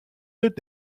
est